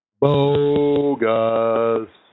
Bogus